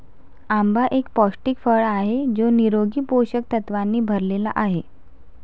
आंबा एक पौष्टिक फळ आहे जो निरोगी पोषक तत्वांनी भरलेला आहे